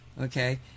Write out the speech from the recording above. Okay